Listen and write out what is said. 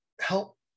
help